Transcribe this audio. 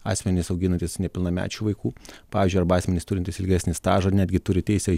asmenys auginantys nepilnamečių vaikų pavyzdžiui arba asmenys turintys ilgesnį stažą netgi turi teisę